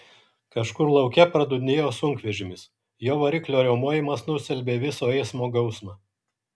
kažkur lauke pradundėjo sunkvežimis jo variklio riaumojimas nustelbė viso eismo gausmą